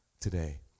today